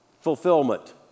fulfillment